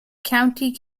county